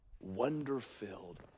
wonder-filled